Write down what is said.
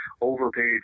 overpaid